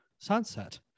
sunset